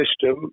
system